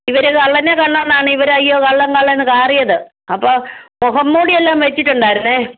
ഇവര് കള്ളനെ കണ്ടോണ്ടാണ് ഇവര് അയ്യോ കള്ളൻ കള്ളൻ എന്ന് കാറിയത് അപ്പോൾ മുഖം മൂടിയെല്ലാം വെച്ചിട്ടുണ്ടാരുന്നേ